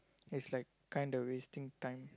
it's like kinda wasting time